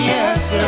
Yes